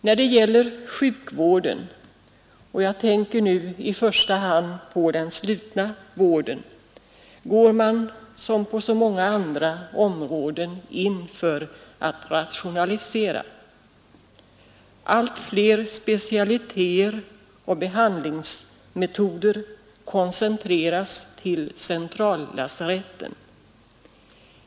När det gäller sjukvården — jag tänker nu i första hand på den slutna vården — går man som på så många andra områden in för att rationalisera. Allt fler specialiteter och behandlingsmetoder koncentreras till centrallasaretten.